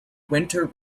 winter